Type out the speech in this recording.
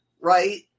right